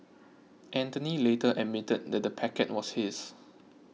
anthony later admitted that the packet was his